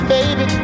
Baby